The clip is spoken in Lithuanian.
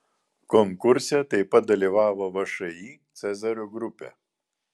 konkurse taip pat dalyvavo všį cezario grupė